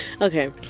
Okay